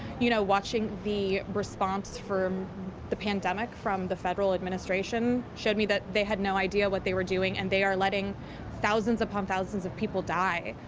you know watching the response from the pandemic from the federal administration showed me that they had no idea what they were doing, and they are letting thousands upon thousands of people die,